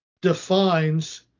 defines